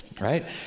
right